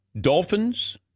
Dolphins